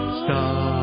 star